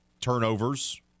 turnovers